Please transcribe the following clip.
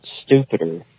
stupider